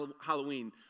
Halloween